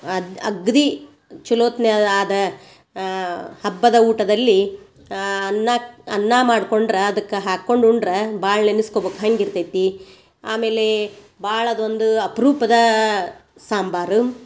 ಅದು ಅಗ್ದಿ ಚಲೋ ಹೊತ್ನಾಗ ಅದು ಹಬ್ಬದ ಊಟದಲ್ಲಿ ಅನ್ನ ಅನ್ನ ಮಾಡ್ಕೊಂಡ್ರ ಅದಕ್ಕೆ ಹಾಕೊಂಡು ಉಂಡ್ರ ಭಾಳ ನೆನಿಸ್ಕೊಬೋಕು ಹಂಗೆ ಇರ್ತೈತಿ ಆಮೇಲೆ ಭಾಳದೊಂದ ಅಪರೂಪದ ಸಾಂಬಾರು